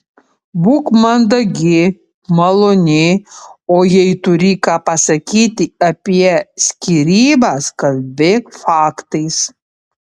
būk mandagi maloni o jei turi ką pasakyti apie skyrybas kalbėk faktais